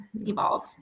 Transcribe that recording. evolve